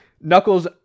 Knuckles